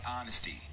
honesty